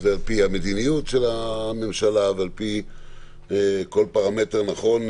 זה על פי המדיניות של הממשלה ועל פי כל פרמטר נכון,